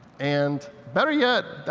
and better yet,